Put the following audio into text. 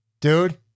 dude